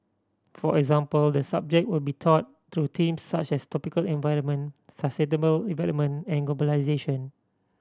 for example the subject will be taught through themes such as tropical environment sustainable development and globalisation